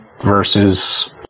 versus